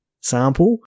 sample